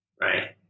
right